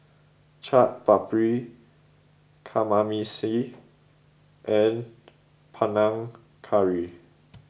Chaat Papri Kamameshi and Panang Curry